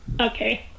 okay